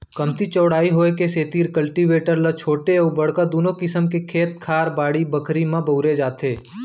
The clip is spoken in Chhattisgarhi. कमती चौड़ाई होय के सेतिर कल्टीवेटर ल छोटे अउ बड़का दुनों किसम के खेत खार, बाड़ी बखरी म बउरे जाथे